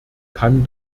kann